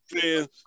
fans